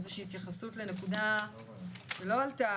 איזה שהיא התייחסות לנקודה שלא עלתה